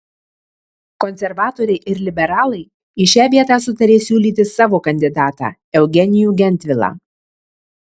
konservatoriai ir liberalai į šią vietą sutarė siūlyti savo kandidatą eugenijų gentvilą